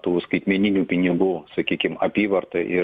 tų skaitmeninių pinigų sakykim apyvartą ir